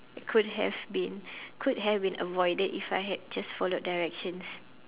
could have been could have been avoided if I had just followed directions